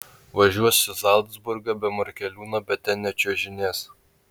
važiuos į zalcburgą be morkeliūno bet ten nečiuožinės